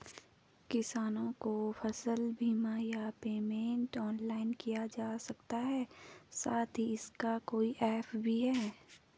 किसानों को फसल बीमा या पेमेंट ऑनलाइन किया जा सकता है साथ ही इसका कोई ऐप भी है?